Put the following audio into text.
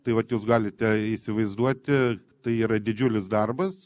tai vat jūs galite įsivaizduoti tai yra didžiulis darbas